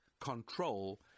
control